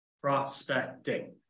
Prospecting